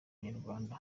abanyarwanda